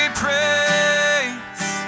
praise